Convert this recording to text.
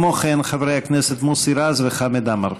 כמו כן, חברי הכנסת מוסי רז וחמד עמאר.